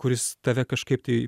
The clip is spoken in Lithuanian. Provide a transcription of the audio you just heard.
kuris tave kažkaip tai